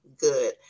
good